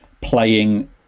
playing